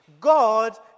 God